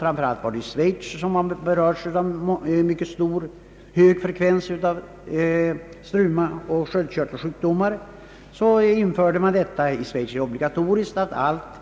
Särskilt i Schweiz har frekvensen av struma och sköldkörtelsjukdomar varit mycket hög. Därför har i Schweiz bestämts att allt